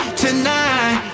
tonight